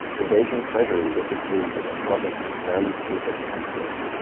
the beijing treasury was depleted and provinces barely paid their taxes.